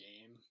game